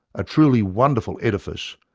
a truly wonderful edifice,